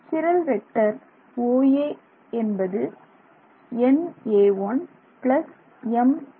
சிரல் vector OA என்பது na1ma1